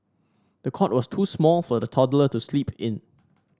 the cot was too small for the toddler to sleep in